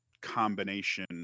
combination